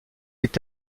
est